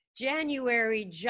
January